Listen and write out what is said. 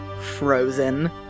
frozen